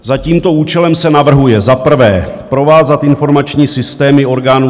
Za tímto účelem se navrhuje za prvé provázat informační systémy orgánů